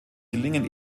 gelingen